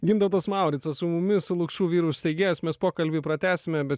gintautas mauricas su mumis lukšų vyrų steigėjas mes pokalbį pratęsime bet